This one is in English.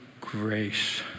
grace